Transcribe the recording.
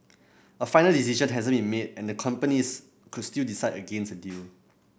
a final decision hasn't been made and the companies could still decide against a deal